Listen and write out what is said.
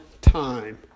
time